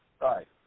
Right